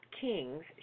kings